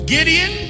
Gideon